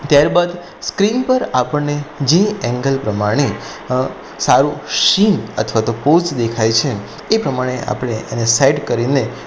ત્યારબાદ સ્ક્રીન પર આપણને જે એંગલ પ્રમાણે સારું શીન અથવા તો પોઝ દેખાય છે એ પ્રમાણે આપણે એને સેટ કરીને